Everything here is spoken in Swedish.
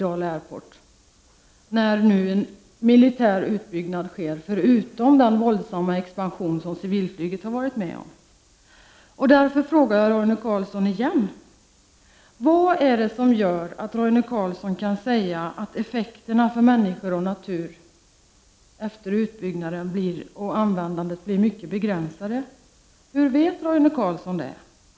Det är ju nu fråga om en militär utbyggnad utöver den våldsamma expansion som har skett vad gäller civilflyget. Jag frågar Roine Carlsson på nytt: Hur kan Roine Carlsson säga att effekterna för människor och natur efter denna utbyggnad och i och med användandet blir mycket begränsade? Hur vet Roine Carlsson detta?